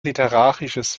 literarisches